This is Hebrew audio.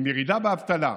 עם ירידה באבטלה,